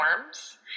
forms